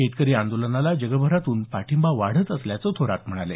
शेतकरी आंदोलनाला जगभरातून पाठिंबा वाढत असल्याचं थोरात म्हणाले